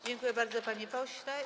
Dziękuję bardzo, panie pośle.